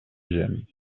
gent